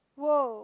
!woah!